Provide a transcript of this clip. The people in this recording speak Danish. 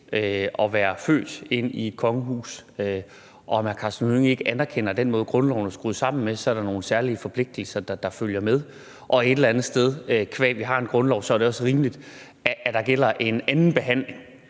at være født ind i et kongehus, og om hr. Karsten Hønge ikke anerkender, at med den måde, grundloven er skruet sammen på, så er der nogle særlige forpligtelser, der følger med, og at det et eller andet sted, qua vi har en grundlov, også er rimeligt, at der gælder en anden behandling